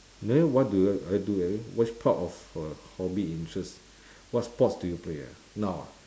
then what do I do which part of a hobby interests what sports do you play ah now ah